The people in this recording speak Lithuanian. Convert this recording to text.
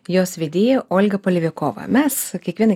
jos vedėja olga palvikova mes kiekvieną